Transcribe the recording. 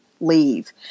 leave